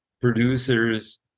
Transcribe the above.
producers